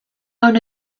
own